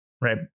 right